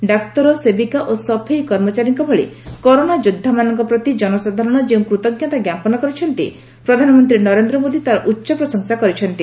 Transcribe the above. ଡାକ୍ତର ସେବିକା ଓ ସଫେଇ କର୍ମଚାରୀଙ୍କ ଭଳି କରୋନା ଯୋଦ୍ଧାମାନଙ୍କ ପ୍ରତି ଜନସାଧାରଣ ଯେଉଁ କୃତଜ୍ଞତା ଜ୍ଞାପନ କରିଛନ୍ତି ପ୍ରଧାନମନ୍ତ୍ରୀ ନରେନ୍ଦ୍ ମୋଦି ତା'ର ଉଚ୍ଚ ପ୍ରଶଂସା କରିଛନ୍ତି